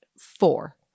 four